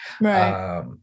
Right